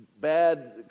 bad